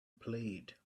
played